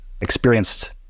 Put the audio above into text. experienced